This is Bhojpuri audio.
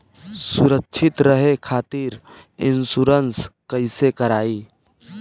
सुरक्षित रहे खातीर इन्शुरन्स कईसे करायी?